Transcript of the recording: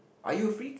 are you a freak